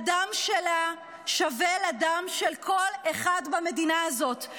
והדם שלה שווה לדם של כל אחד במדינה הזאת.